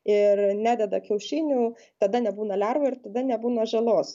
ir nededa kiaušinių tada nebūna lervų ir tada nebūna žalos